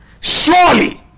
Surely